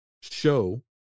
Show